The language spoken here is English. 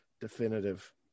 Definitive